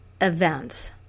events